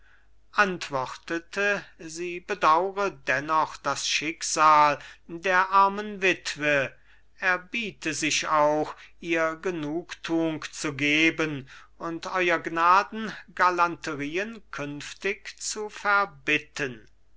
antwortete sie bedaure dennoch das schicksal der armen witwe erbiete sich auch ihre genugtuung zu geben und euer gnaden galanterien künftig zu verbitten